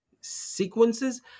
sequences